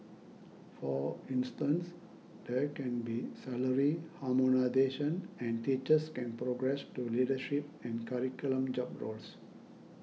for instance there can be salary harmonisation and teachers can progress to leadership and curriculum job roles